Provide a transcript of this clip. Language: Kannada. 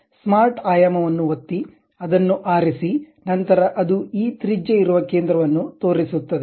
ಸ್ಮಾರ್ಟ್ ಆಯಾಮವನ್ನು ಒತ್ತಿ ಅದನ್ನು ಆರಿಸಿ ನಂತರ ಅದು ಈ ತ್ರಿಜ್ಯ ಇರುವ ಕೇಂದ್ರವನ್ನು ತೋರಿಸುತ್ತದೆ